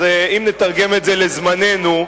אז אם נתרגם את זה לזמננו,